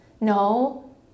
No